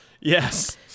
Yes